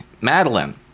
Madeline